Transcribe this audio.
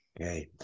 Okay